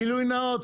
גילוי נאות,